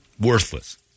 Worthless